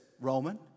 Roman